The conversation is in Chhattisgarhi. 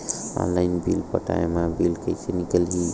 ऑनलाइन बिल पटाय मा बिल कइसे निकलही?